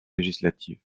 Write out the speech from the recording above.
législatives